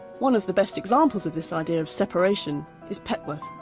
one of the best examples of this idea of separation is petworth.